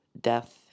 death